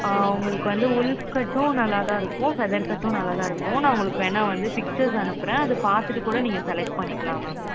ஆ உங்களுக்கு வந்து உல்ஃப் கட்டும் நல்லா தான் இருக்கும் ஃபெதர் கட்டும் நல்லா தான் இருக்கும் நான் உங்களுக்கு வேணா வந்து பிக்சர்ஸ் அனுப்புகிறேன் அது பார்த்துட்டு கூட நீங்கள் செலக்ட் பண்ணிக்கலாம் மேம்